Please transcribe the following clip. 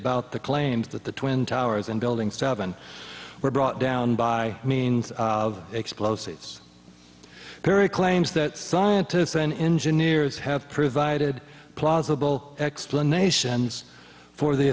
about the claims that the twin towers and building seven were brought down by means of explosives perry claims that scientists and engineers have provided plausible explanations for the